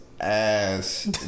ass